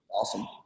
awesome